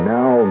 now